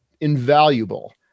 invaluable